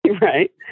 right